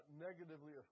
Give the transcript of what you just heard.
negatively